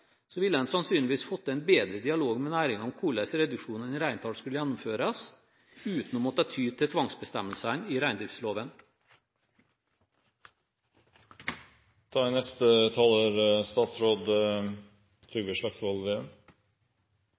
ville en sannsynligvis fått til en bedre dialog med næringen om hvordan reduksjonene i reintall skulle gjennomføres, uten å måtte ty til tvangsbestemmelsene i reindriftsloven. Reindriftsavtalen, som det forhandles om hvert år, er